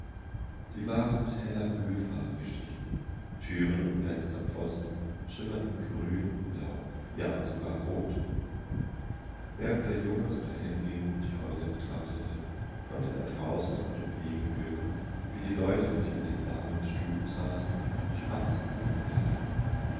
sie waren mit heller ölfarbe gestrichen türen und fensterpfosten schimmerten grün und blau ja sogar rot während der junge so dahinging und die häuser betrachtete konnteerdraußenaufdemwegehören wiedieleute dieinden warmen stuben saßen schwatzten und lachten